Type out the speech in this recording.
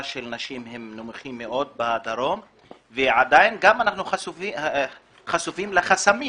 של נשים הם נמוכים מאוד ועדיין אנחנו חשופים לחסמים.